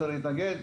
אורחים נכבדים.